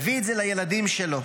מביא את זה לילדים שלו.